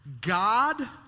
God